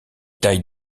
tailles